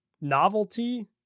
novelty